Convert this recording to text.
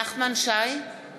אינו נוכח